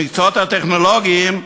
במקצועות הטכנולוגיים,